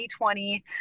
2020